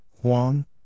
Huang